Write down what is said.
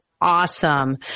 awesome